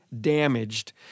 damaged